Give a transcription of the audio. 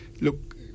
Look